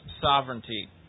sovereignty